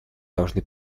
должны